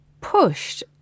pushed